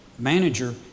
Manager